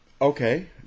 okay